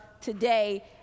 today